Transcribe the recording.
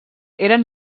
eren